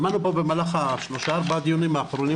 שמענו פה במהלך שלושה-ארבעה דיונים אחרונים